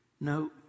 No